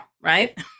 right